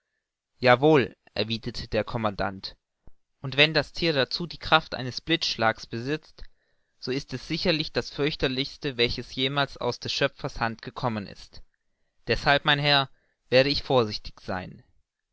wohl erwiderte der commandant und wenn das thier dazu die kraft eines blitzschlags besitzt so ist es sicherlich das fürchterlichste welches jemals aus des schöpfers hand gekommen ist deshalb mein herr werde ich vorsichtig sein